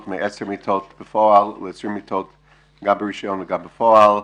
מ-10 מיטות בפועל ל-20 מיטות גם ברישיון וגם בפועל.